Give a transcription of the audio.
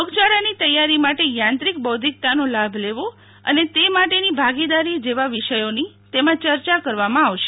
રોગયાળાનીતૈયારી માટે યાંત્રિક બૌદ્ધિકતાનો લાભ લેવો અને તે માટેની ભાગીદારી જેવા વિષયોનીતેમાંચર્યા કરવામાં આવશે